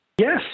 Yes